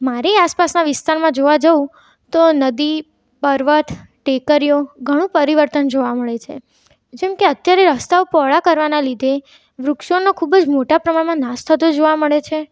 મારી આસપાસના વિસ્તારમાં જોવા જઉ તો નદી પર્વત ટેકરીઓ ઘણું પરિવર્તન જોવા મળે છે જેમ કે અત્યારે રસ્તાઓ પહોળા કરવાના લીધે છે વૃક્ષોનો ખૂબ જ મોટા પ્રમાણમાં નાશ થતો જોવા મળે છે